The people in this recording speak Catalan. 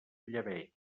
llebeig